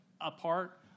apart